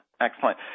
Excellent